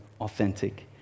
authentic